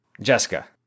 Jessica